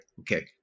Okay